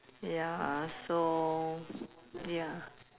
ya so ya